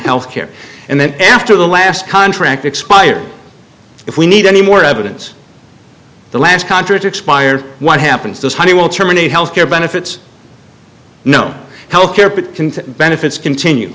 health care and then after the last contract expires if we need any more evidence the last contract expired what happens this money will terminate health care benefits no health care but benefits continue